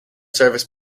serviced